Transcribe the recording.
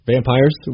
Vampires